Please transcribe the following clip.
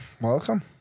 welcome